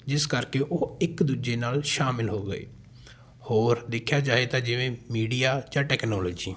ਜਿਸ ਕਰਕੇ ਉਹ ਇੱਕ ਦੂਜੇ ਨਾਲ ਸ਼ਾਮਿਲ ਹੋ ਗਏ ਹੋਰ ਦੇਖਿਆ ਜਾਏ ਤਾਂ ਜਿਵੇਂ ਮੀਡੀਆ ਜਾਂ ਟੈਕਨੋਲੋਜੀ